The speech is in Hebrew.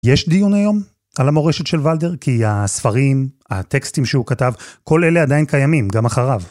יש דיון היום על המורשת של ולדר? כי הספרים, הטקסטים שהוא כתב, כל אלה עדיין קיימים, גם אחריו.